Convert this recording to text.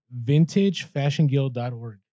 VintageFashionGuild.org